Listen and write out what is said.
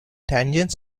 tangent